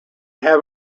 have